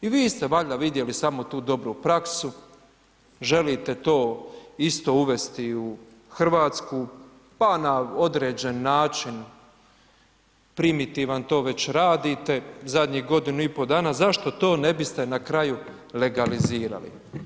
I vi ste valjda vidjeli samo tu dobru praksu, želite to isto uvesti i u Hrvatsku pa na određen način primitivan to već radite, zadnjih godinu i pol dana, zašto to ne biste na kraju legalizirali.